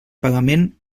pagament